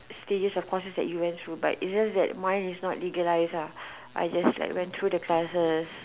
stages of courses that you went through but it's just that mine is not legalized ah I just like went through the classes